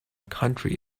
country